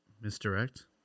Misdirect